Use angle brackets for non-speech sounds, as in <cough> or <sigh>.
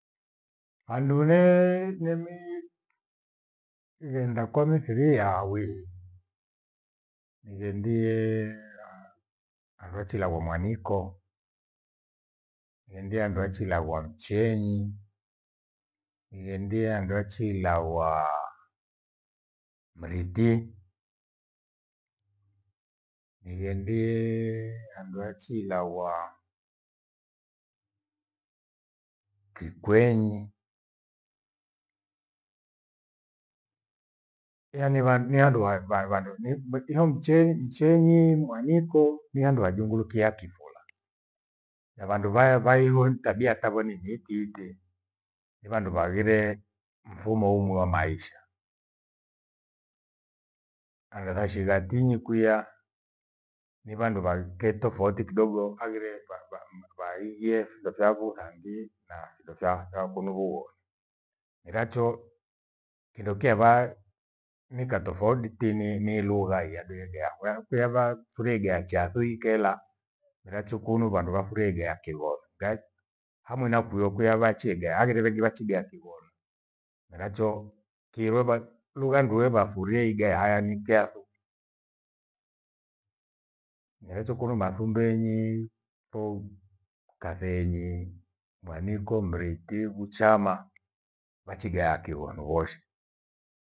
Andule nimi ighenda kwa mithiri ya awi. Nihendie aha avochila mwaniko. Nihendie andu la chimua mcheni, nihendie andu achiila hua mriti, hihendie handu achiila hua kikwenyi. mwethio mcheni- ichenyi mwaniko ni handu wajungulikia kifula. Na vandu vaya vaigo ni tabia takwe nivikiite. Ni vandu vavire mfumo umwi wa maisha. Agha ghashika tinyi kwia ni vandu vavukee tofauti kidogo aghire <hesitation> vaijie kyashavu nangi na findo fya kunu vugonu. Miracho kindo kyeva mika tofauti ni lugha yadu egeavu. <unintelligible> thugeigacha thuikela miracho kunu vandu vafurie lugha ya kighonu. Hamwena kwio kwio havache igaya, haghire vengi wachighea kighonu. Miracho kiruba- lugha ndue vafuria ighaya hayanikea thu. Miracho kole mathumbenyi au kathenyi, mwanyiko, mriti, buchama vachighea kighono voshe.